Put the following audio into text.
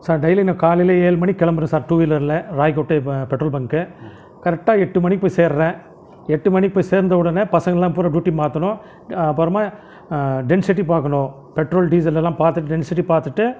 sir டெய்லியும் நான் காலையில் ஏழு மணிக்கு கிளம்புறேன் சார் டூ வீலரில் ராய் கோட்டை பெ பெட்ரோல் பங்க்கு கரெக்டாக எட்டு மணிக்கு போய் சேர்றேன் எட்டு மணிக்கு போய் சேர்ந்த உடனே பசங்கள்லாம் பூராவும் டியூட்டி மாற்றணும் அப்புறமா டென்சிட்டி பார்க்கணும் பெட்ரோல் டீசலலாம் பார்த்துட்டு டென்சிட்டி பார்த்துட்டு